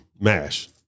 Mash